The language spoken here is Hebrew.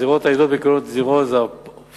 זירות הידועות בכינוי זירות ה-Forex.